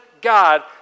God